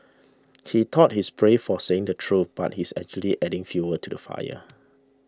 he thought he's brave for saying the truth but he's actually adding fuel to the fire